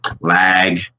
lag